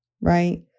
right